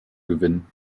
gewinnen